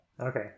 Okay